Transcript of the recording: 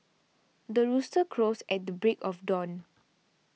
the rooster crows at the break of dawn